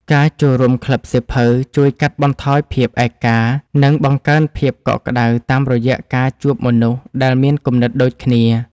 ការចូលរួមក្លឹបសៀវភៅជួយកាត់បន្ថយភាពឯកា និងបង្កើនភាពកក់ក្ដៅតាមរយៈការជួបមនុស្សដែលមានគំនិតដូចគ្នា។